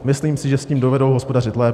Myslím si, že s tím dovedou hospodařit lépe.